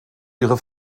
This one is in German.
ihre